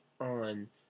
on